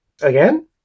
Again